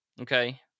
okay